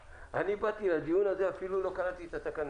באתי לדיון הזה אפילו בלי לקרוא את התקנות.